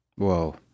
Whoa